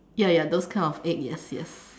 ya ya those kind of egg yes yes